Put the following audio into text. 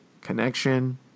connection